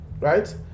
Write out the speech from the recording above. right